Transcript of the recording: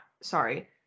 sorry